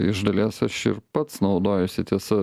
iš dalies aš ir pats naudojuosi tiesa